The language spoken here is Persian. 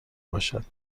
باشد